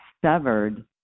severed